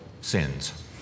sins